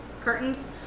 curtains